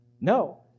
No